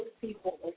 people